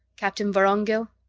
captain vorongil.